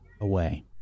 away